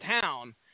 town